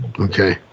Okay